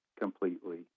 completely